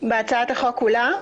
בהצעת החוק כולה?